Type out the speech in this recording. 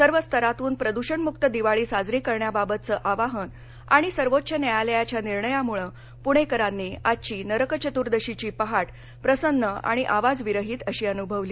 सर्व स्तरातून प्रदृषणमुक्त दिवाळी साजरी करण्याबाबतच आवाहन आणि सर्वोच न्यायालयाच्या निर्णयामुळं पुणेकरांनी आजची नरक चतुर्दशीची पहाट प्रसन्न आणि आवाजविरहित अशी अनुभवली